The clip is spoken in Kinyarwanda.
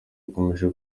akomeje